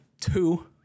two